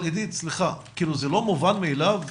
זה לא מובן מאליו?